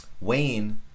Wayne